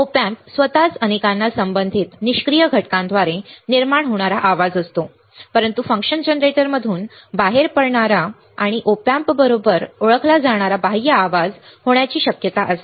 Op amp स्वतःच अनेकांना संबंधित निष्क्रिय घटकांद्वारे निर्माण होणारा आवाज असतो परंतु फंक्शन जनरेटरमधून बाहेर पडणारा आणि op amp बरोबर ओळखला जाणारा बाह्य आवाज होण्याची शक्यता असते